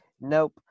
Nope